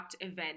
event